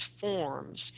forms